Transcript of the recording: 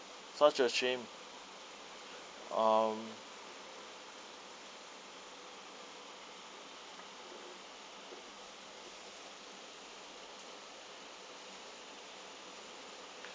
such a shame um